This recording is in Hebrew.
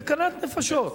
סכנת נפשות.